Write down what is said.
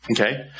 Okay